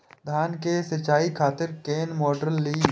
धान के सीचाई खातिर कोन मोटर ली?